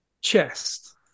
chest